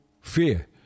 fear